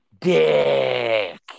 dick